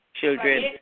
children